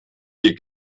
wir